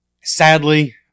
Sadly